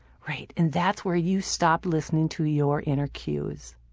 right. and that's where you stop listening to your inner cues.